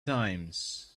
times